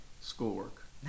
schoolwork